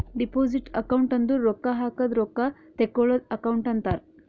deposit account ಅಂದುರ್ ರೊಕ್ಕಾ ಹಾಕದ್ ರೊಕ್ಕಾ ತೇಕ್ಕೋಳದ್ ಅಕೌಂಟ್ ಅಂತಾರ್